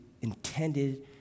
intended